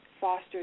fosters